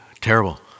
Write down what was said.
Terrible